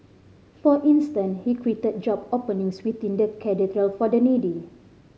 for instant he created job openings within the Cathedral for the needy